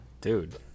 Dude